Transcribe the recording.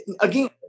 again